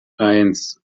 eins